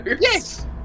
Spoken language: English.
Yes